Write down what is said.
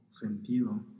sentido